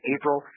April